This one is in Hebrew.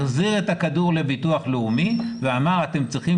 החזיר את הכדור לביטוח לאומי ואמר שהם צריכים